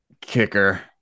kicker